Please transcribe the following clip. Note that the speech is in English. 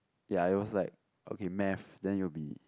ya it was like okay math then it will be